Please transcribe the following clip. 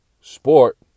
sport